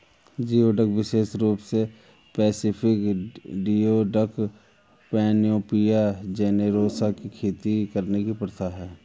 geoduck विशेष रूप से पैसिफिक जियोडक, पैनोपिया जेनेरोसा की खेती करने की प्रथा है